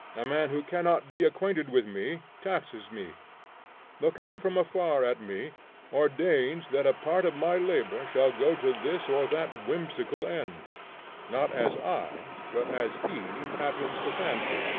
a man who cannot be acquainted with me, taxes me looking from afar at me ordains that a part of my labor shall go to this or that whimsical end not as i, but as he happens to fancy.